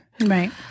Right